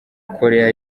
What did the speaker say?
korea